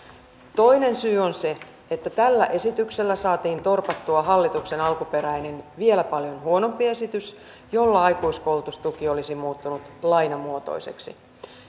toinen syy on se että tällä esityksellä saatiin torpattua hallituksen alkuperäinen vielä paljon huonompi esitys jolla aikuiskoulutustuki olisi muuttunut lainamuotoiseksi